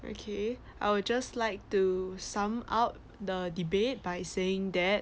okay I will just like to sum up the debate by saying that